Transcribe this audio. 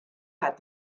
had